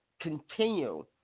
continue